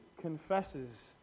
confesses